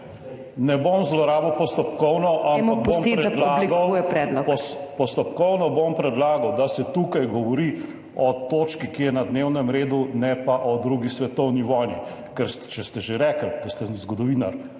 Svoboda):** …postopkovno, bom predlagal, da se tukaj govori o točki, ki je na dnevnem redu, ne pa o II. svetovni vojni. Ker če ste že rekli, da ste zgodovinar,